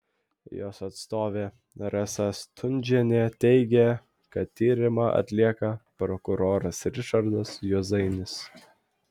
jos atstovė rasa stundžienė teigė kad tyrimą atlieka prokuroras ričardas juozainis